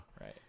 Right